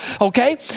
okay